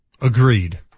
Agreed